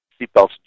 seatbelts